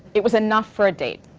it was enough for a date.